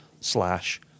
slash